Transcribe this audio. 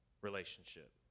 relationship